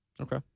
Okay